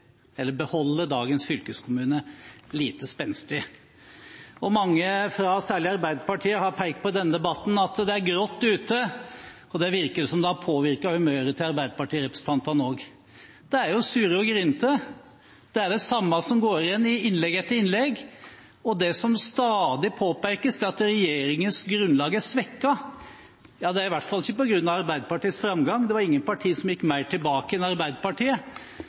eller beholde, dagens fylkeskommune – lite spenstig. Mange, særlig fra Arbeiderpartiet, har i denne debatten pekt på at det er grått ute. Det virker også som det har påvirket humøret til Arbeiderparti-representantene. De er sure og grinete, det er det samme som går igjen i innlegg etter innlegg. Det som stadig påpekes, er at regjeringens grunnlag er svekket. Det er i hvert fall ikke på grunn av Arbeiderpartiets framgang. Det var ingen partier som gikk mer tilbake enn Arbeiderpartiet,